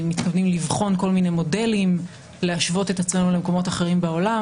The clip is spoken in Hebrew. ולבחון כל מיני מודלים ולהשוות את עצמנו למקומות אחרים בעולם.